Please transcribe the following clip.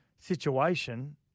situation